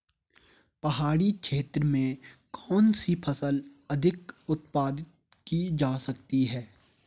पहाड़ी क्षेत्र में कौन सी फसल अधिक उत्पादित की जा सकती है?